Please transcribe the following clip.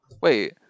wait